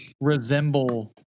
resemble